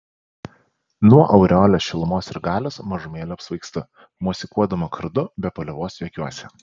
nuo aureolės šilumos ir galios mažumėlę apsvaigstu mosikuodama kardu be paliovos juokiuosi